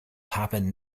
happen